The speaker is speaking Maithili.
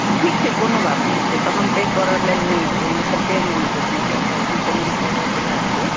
ठीक छै कोनो बात नै छै त हम तै करय लेल नै मतलब तै मे नै छै कोनो प्रॉब्लम हम पेमेंट करय लय तैयार छियै